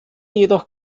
jedoch